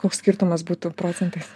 koks skirtumas būtų procentais